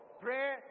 Pray